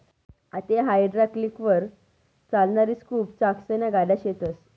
आते हायड्रालिकलवर चालणारी स्कूप चाकसन्या गाड्या शेतस